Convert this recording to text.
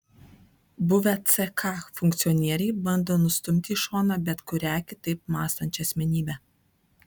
buvę ck funkcionieriai bando nustumti į šoną bet kurią kitaip mąstančią asmenybę